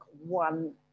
one